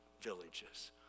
villages